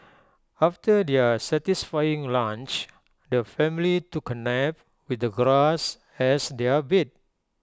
after their satisfying lunch the family took A nap with the grass as their bed